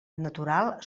natural